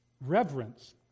reverence